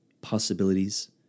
possibilities